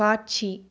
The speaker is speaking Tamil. காட்சி